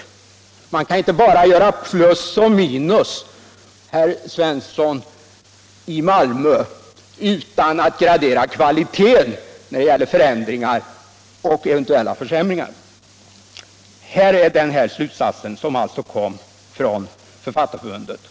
Man kan inte bara sätta plus och minus, herr Svensson i Malmö, utan att gradera kvaliteten när det gäller förändringar och eventuella försämringar. Den här angivna slutsatsen har alltså framförts av Författarförbundet.